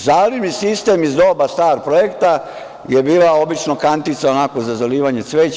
Zalivni sistem iz doba star projekta je bila obična kantica za zalivanje cveća.